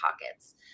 pockets